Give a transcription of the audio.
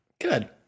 good